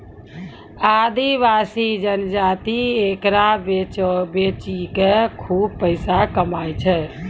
आदिवासी जनजाति एकरा बेची कॅ खूब पैसा कमाय छै